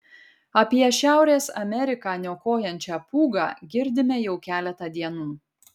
apie šiaurės ameriką niokojančią pūgą girdime jau keletą dienų